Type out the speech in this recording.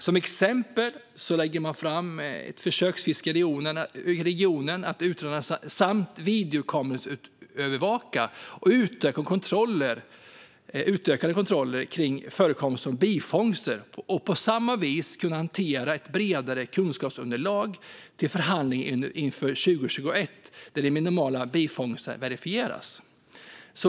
Man lägger till exempel fram förslag på försöksfiske, videokameraövervakning och utökade kontroller kring förekomsten av bifångster i regionen för att kunna presentera ett bredare kunskapsunderlag till förhandlingarna inför 2021, där de minimala bifångsterna verifieras.